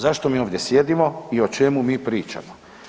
Zašto mi ovdje sjedimo i o čemu mi pričamo?